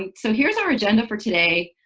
and so here's our agenda for today.